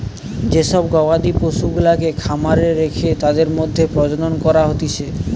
যে সব গবাদি পশুগুলাকে খামারে রেখে তাদের মধ্যে প্রজনন করা হতিছে